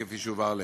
כפי שהובהר לעיל.